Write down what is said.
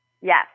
Yes